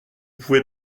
pouvez